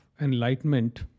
enlightenment